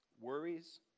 Worries